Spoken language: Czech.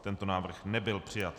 Tento návrh nebyl přijat.